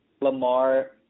Lamar